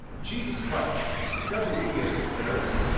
jesus christ doesn't see us as sinners,